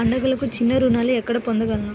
పండుగలకు చిన్న రుణాలు ఎక్కడ పొందగలను?